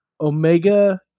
Omega